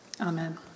Amen